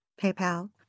PayPal